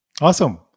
Awesome